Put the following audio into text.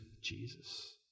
Jesus